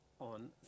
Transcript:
on